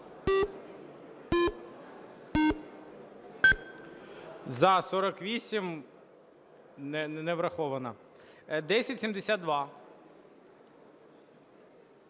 За-48 Не врахована. 1072.